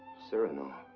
cyrano.